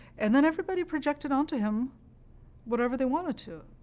and then everybody projected onto him whatever they wanted to.